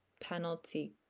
penalty